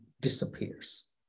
disappears